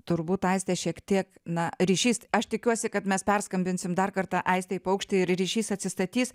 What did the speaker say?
turbūt aistė šiek tiek na ryšys aš tikiuosi kad mes perskambinsim dar kartą aistei paukštei ir ryšys atsistatys